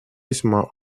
весьма